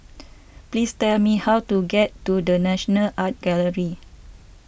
please tell me how to get to the National Art Gallery